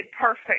perfect